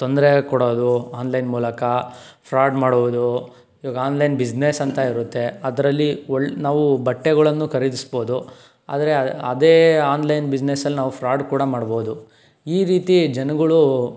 ತೊಂದರೆ ಕೊಡೋದು ಆನ್ಲೈನ್ ಮೂಲಕ ಫ್ರಾಡ್ ಮಾಡೋದು ಇವಾಗ ಆನ್ಲೈನ್ ಬಿಜ಼ನೆಸ್ ಅಂತ ಇರುತ್ತೆ ಅದರಲ್ಲಿ ಒಳ್ ನಾವು ಬಟ್ಟೆಗಳನ್ನು ಖರೀದಿಸ್ಬೋದು ಆದರೆ ಅದೇ ಆನ್ಲೈನ್ ಬಿಜ಼ನೆಸಲ್ಲಿ ನಾವು ಫ್ರಾಡ್ ಕೂಡ ಮಾಡ್ಬೋದು ಈ ರೀತಿ ಜನಗಳು